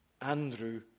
Andrew